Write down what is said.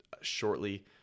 shortly –